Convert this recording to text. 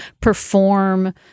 perform